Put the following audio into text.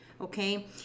Okay